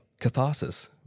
catharsis